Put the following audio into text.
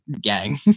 gang